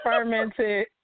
fermented